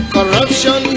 Corruption